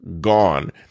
gone